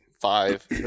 five